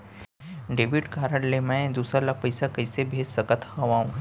Debit card ले मैं दूसर ला पइसा कइसे भेज सकत हओं?